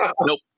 Nope